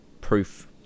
proof